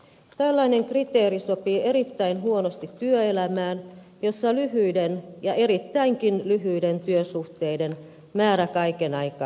tällainen kriteeri sopii erittäin huonosti työelämään jossa lyhyiden ja erittäinkin lyhyiden työsuhteiden määrä kaiken aikaa kasvaa